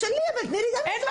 תשאלי, אבל תני לי גם לשאול.